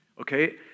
Okay